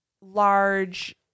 large